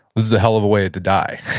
this is a hell of a way to die.